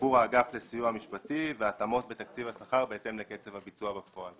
תגבור האגף לסיוע משפטי והתאמות בתקציב השכר בהתאם לקצב הביצוע בפועל.